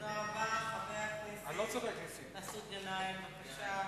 חבר הכנסת מסעוד גנאים, בבקשה.